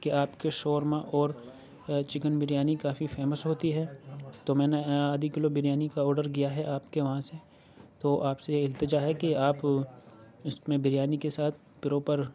کہ آپ کے شورما اور چکن بریانی کافی فیمس ہوتی ہے تو میں نے آدھی کلو بریانی کا آڈر گیا ہے آپ کے وہاں سے تو آپ سے یہ اِلتجا ہے کہ آپ اِس میں بریانی کے ساتھ پروپر